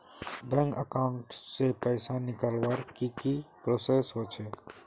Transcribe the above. Bank account से पैसा निकालवर की की प्रोसेस होचे?